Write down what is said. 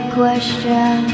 question